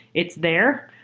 it's there.